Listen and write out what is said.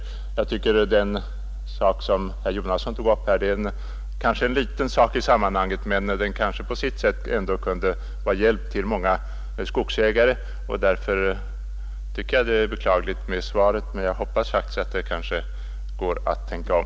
Den fråga som herr Jonasson har tagit upp är kanske liten i sammanhanget, men en vidgning av rätten till insättning på skogskonto kanske på sitt sätt kunde vara en hjälp för många skogsägare. Därför tycker jag att svaret är beklagligt, men jag hoppas att det går att tänka om.